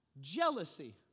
Jealousy